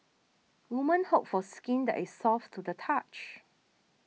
woman hope for skin that is soft to the touch